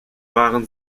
waren